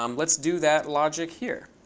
um let's do that logic here.